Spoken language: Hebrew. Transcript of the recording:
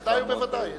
בוודאי וודאי.